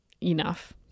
enough